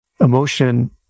emotion